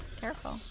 Careful